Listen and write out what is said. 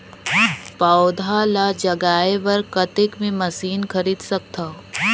पौधा ल जगाय बर कतेक मे मशीन खरीद सकथव?